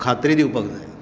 खात्री दिवपाक जाय